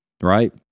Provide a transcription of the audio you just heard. right